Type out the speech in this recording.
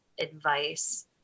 advice